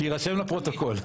שיירשם לפרוטוקול.